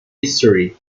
history